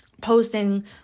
posting